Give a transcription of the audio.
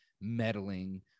meddling